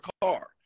car